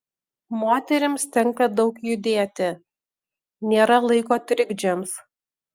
moterims tenka daug judėti nėra laiko trikdžiams